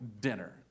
dinner